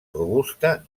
robusta